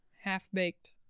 half-baked